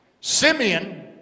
Simeon